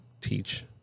teach